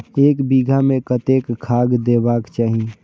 एक बिघा में कतेक खाघ देबाक चाही?